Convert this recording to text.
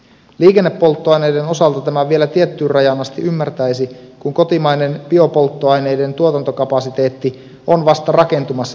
liikennepolttoaineiden osalta tämän vielä tiettyyn rajaan asti ymmärtäisi kun kotimainen biopolttoaineiden tuotantokapasiteetti on vasta rakentumassa täyteen mittaansa